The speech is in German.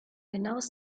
genaues